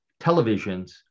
televisions